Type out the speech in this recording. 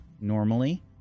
normally